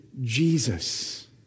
Jesus